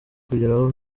kugeraho